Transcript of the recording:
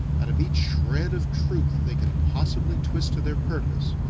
out of each shred of truth they can possibly twist to their purpose,